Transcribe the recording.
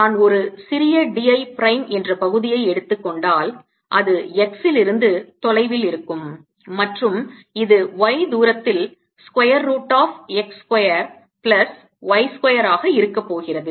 நான் ஒரு சிறிய d I பிரைம் என்ற பகுதியை எடுத்துக் கொண்டால் அது x இலிருந்து தொலைவில் இருக்கும் மற்றும் இது y தூரத்தில் square root of x square plus y square ஆக இருக்கப் போகிறது